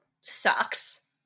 sucks